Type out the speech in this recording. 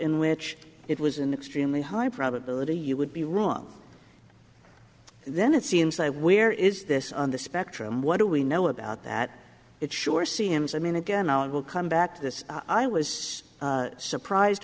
in which it was an extremely high probability you would be wrong then it seems that where is this on the spectrum what do we know about that it sure seems i mean again i will come back to this i was surprised